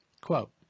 quote